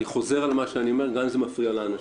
אני חוזר על מה שאני אומר גם אם זה מפריע לאנשים: